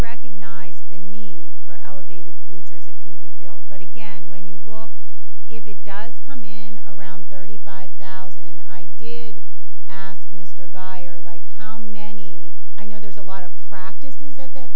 recognize the need for elevated bleachers at p v field but again when you if it does come in around thirty five thousand i did ask mr guy or like how many i know there's a lot of practices at th